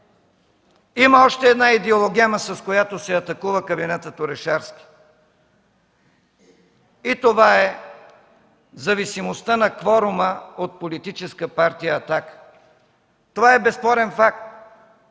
Има още една идеологема, с която се атакува кабинетът Орешарски, и това е зависимостта на кворума от Политическа партия „Атака”. Това е безспорен факт.